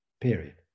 period